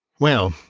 well,